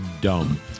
dumb